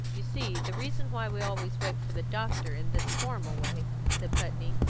you see, the reason why we always wait for the doctor in this formal way, said putney,